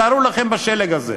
תארו לכם, בשלג הזה,